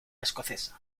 escocesa